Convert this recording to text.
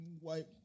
white